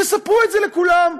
תספרו את זה לכולם.